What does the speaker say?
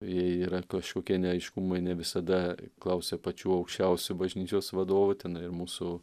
jei yra kažkokie neaiškumai ne visada klausia pačių aukščiausių bažnyčios vadovų ten ir mūsų